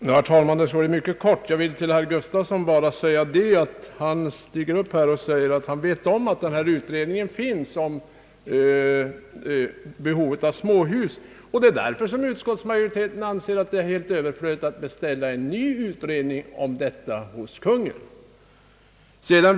Herr talman! Herr Gustafsson säger att han vet att det finns en utredning om behovet av småhus. Det är därför utskottsmajoriteten anser det vara helt överflödigt att beställa en ny utredning hos Kungl. Maj:t.